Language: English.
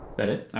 that it?